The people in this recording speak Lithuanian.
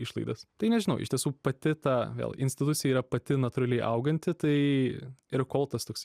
išlaidas tai nežinau iš tiesų pati ta vėl institucija yra pati natūraliai auganti tai ir kol tas toks